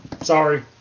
Sorry